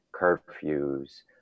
curfews